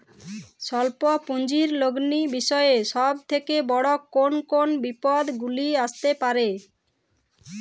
স্বল্প পুঁজির লগ্নি বিষয়ে সব থেকে বড় কোন কোন বিপদগুলি আসতে পারে?